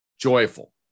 joyful